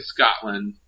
Scotland